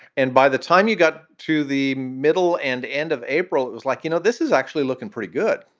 and by the time you got to the middle and end of april, it was like, you know, this is actually looking pretty good.